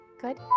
Good